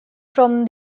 from